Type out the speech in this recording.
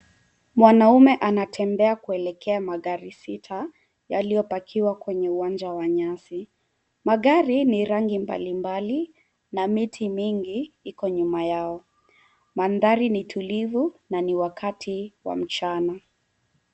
Mwanaume anatembea kuelekea magari sita yaliyopakiwa kwenye uwanja wa nyasi. Magari ni rangi mbalimbali na miti mingi iko nyuma yao. Mandhari ni tulivu na ni wakati wa mchana.